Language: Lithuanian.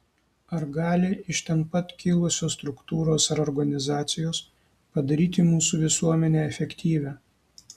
ar gali iš ten pat kilusios struktūros ar organizacijos padaryti mūsų visuomenę efektyvią